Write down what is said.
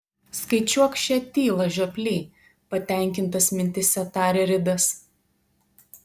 skaičiuok šią tylą žioply patenkintas mintyse tarė ridas